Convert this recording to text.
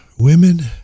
Women